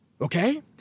Okay